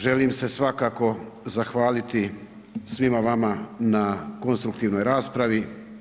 Želim se svakako zahvaliti svima vama na konstruktivnoj raspravi.